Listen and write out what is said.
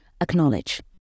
acknowledge